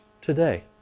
today